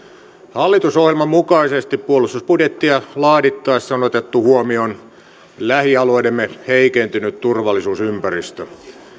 hallitusohjelman mukaisesti puolustusbudjettia laadittaessa on otettu huomioon lähialueidemme heikentynyt turvallisuusympäristö